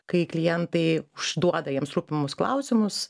kai klientai užduoda jiems rūpimus klausimus